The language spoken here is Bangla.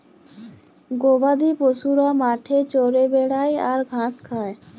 গবাদি পশুরা মাঠে চরে বেড়ায় আর ঘাঁস খায়